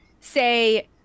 say